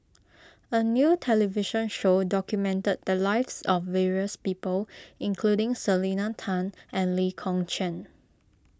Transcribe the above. a new television show documented the lives of various people including Selena Tan and Lee Kong Chian